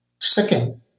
Second